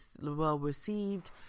well-received